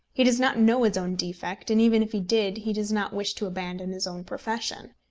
he does not know his own defect, and even if he did he does not wish to abandon his own profession.